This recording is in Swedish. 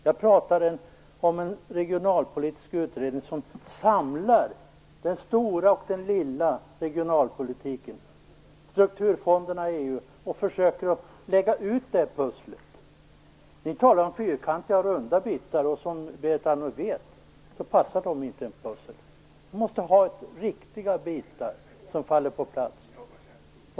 Jag pratar om en regionalpolitisk utredning som samlar den "stora" och den EU och försöker lägga ut det pusslet. Ni talar om fyrkantiga och runda bitar, men som Berit Andnor vet passar de inte i ett pussel. Vi måste ha riktiga bitar som faller på plats.